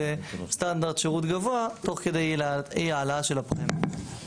סטנדרט שירות גבוה תוך כדי אי העלאה של הפרמיות.